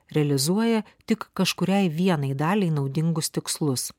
realizuoja tik kažkuriai vienai daliai naudingus tikslus